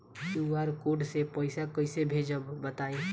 QR code से पईसा कईसे भेजब बताई?